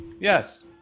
Yes